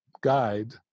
guide